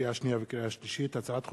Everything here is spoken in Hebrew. לקריאה שנייה ולקריאה שלישית: הצעת חוק